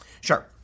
Sure